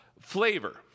flavor